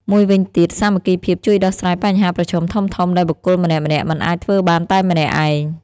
មួយវិញទៀត សាមគ្គីភាពជួយដោះស្រាយបញ្ហាប្រឈមធំៗដែលបុគ្គលម្នាក់ៗមិនអាចធ្វើបានតែម្នាក់ឯង។